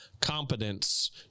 competence